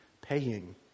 paying